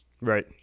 Right